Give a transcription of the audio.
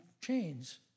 chains